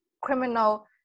criminal